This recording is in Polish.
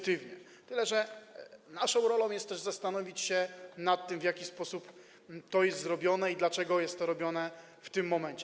Tyle że naszą rolą jest też zastanowić się nad tym, w jaki sposób to jest robione i dlaczego jest to robione w tym momencie.